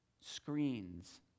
screens